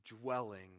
dwelling